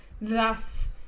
Thus